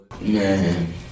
Man